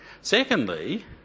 Secondly